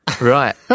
Right